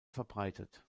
verbreitet